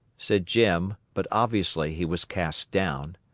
said jim, but obviously he was cast down.